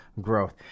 growth